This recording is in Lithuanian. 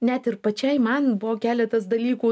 net ir pačiai man buvo keletas dalykų